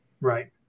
Right